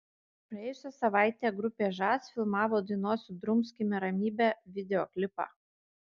praėjusią savaitę grupė žas filmavo dainos sudrumskime ramybę videoklipą